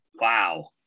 wow